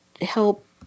help